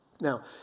Now